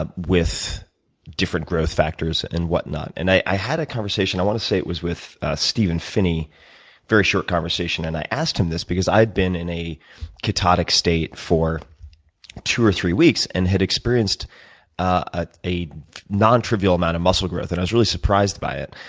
ah with different growth factors and whatnot? and i had a conversation i want to say it was with steven phinney very short conversation, and i asked him this because i'd been in a ketotic state for two or three weeks and had experienced ah a non-trivial amount of muscle growth, and i was really surprised by it.